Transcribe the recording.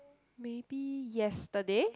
maybe yesterday